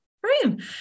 Brilliant